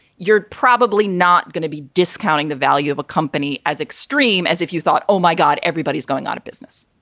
you're probably not going to be discounting the value of a company as extreme as if you thought, oh, my god, everybody is going out of business